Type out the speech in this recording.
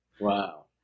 Wow